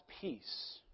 peace